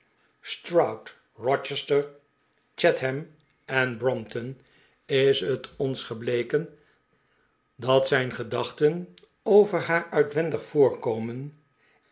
stroud rochester chatham en brompton is het ons gebleken dat zijn gedachten over haar uitwendig voorkomen